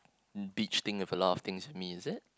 beach thing and a lot of things with me is it